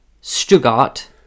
Stuttgart